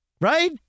Right